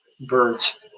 birds